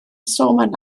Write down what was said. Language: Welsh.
sôn